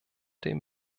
dem